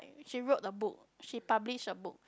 she wrote the book she publish the book